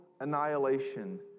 annihilation